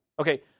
Okay